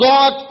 God